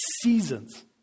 seasons